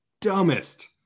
dumbest